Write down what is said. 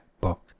Book